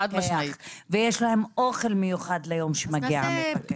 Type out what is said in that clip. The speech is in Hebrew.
ויש להם אוכל מיוחד ליום שמגיע המפקח.